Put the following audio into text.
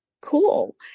cool